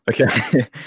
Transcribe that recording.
okay